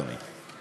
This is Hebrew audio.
אדוני.